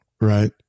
right